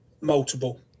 Multiple